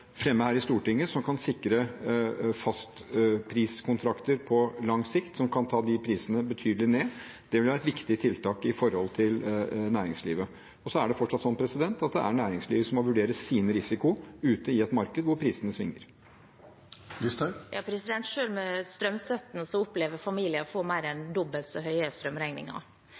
her i Stortinget som kan sikre fastpriskontrakter på lang sikt, som kan ta de prisene betydelig ned. Det vil være et viktig tiltak overfor næringslivet. Og så er det fortsatt slik at det er næringslivet som må vurdere sin risiko ute i et marked hvor prisene svinger. Sylvi Listhaug – til oppfølgingsspørsmål. Selv med strømstøtten opplever familier å få mer enn dobbelt så høye strømregninger.